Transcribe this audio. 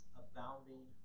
abounding